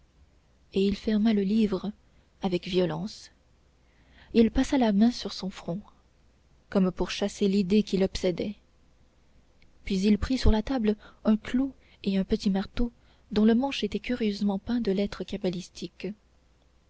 et il ferma le livre avec violence il passa la main sur son front comme pour chasser l'idée qui l'obsédait puis il prit sur la table un clou et un petit marteau dont le manche était curieusement peint de lettres cabalistiques